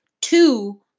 two